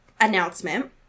announcement